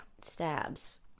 stabs